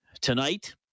tonight